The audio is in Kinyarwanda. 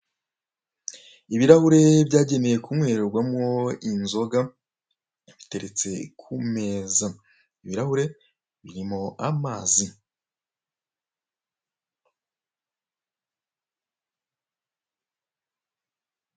Ibirahure byagenewe kunywererwamo nzoga biteretse ku meza. Ibirahura birimo amazi.